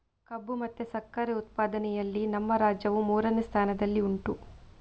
ಕಬ್ಬು ಮತ್ತೆ ಸಕ್ಕರೆ ಉತ್ಪಾದನೆಯಲ್ಲಿ ನಮ್ಮ ರಾಜ್ಯವು ಮೂರನೇ ಸ್ಥಾನದಲ್ಲಿ ಉಂಟು